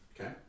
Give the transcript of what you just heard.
Okay